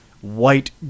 white